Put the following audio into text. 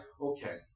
okay